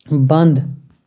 بنٛد